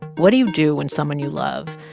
what do you do when someone you love,